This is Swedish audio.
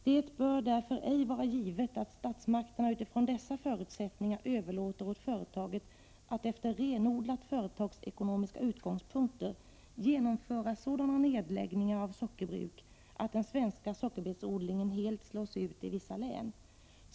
Det bör därför ej vara givet att statsmakterna utifrån dessa förutsättningar överlåter åt företaget att efter renodlat företagsekonomiska utgångspunkter genomföra sådana nedläggningar av sockerbruk att den svenska sockerbetsodlingen helt slås ut i vissa län.